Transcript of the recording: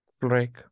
Break